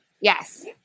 Yes